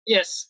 Yes